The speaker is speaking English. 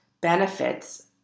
benefits